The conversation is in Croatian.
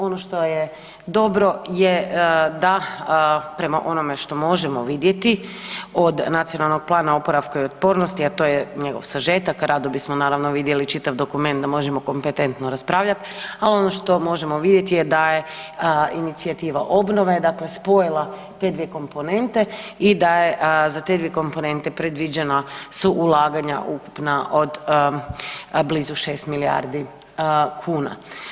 Ono što je dobro je da prema onome što možemo vidjeti od Nacionalnog plana oporavka i otpornosti, a to je njegov sažetak, rado bismo naravno vidjeli čitav dokument da možemo kompetentno raspravljati, ali ono što možemo vidjeti da je inicijativa obnove dakle spojila te dvije komponente i da je za te dvije komponente predviđena su ulaganja ukupna od blizu 6 milijardi kuna.